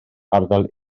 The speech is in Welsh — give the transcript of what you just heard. arddel